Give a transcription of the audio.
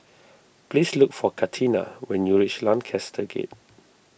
please look for Katina when you reach Lancaster Gate